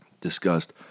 discussed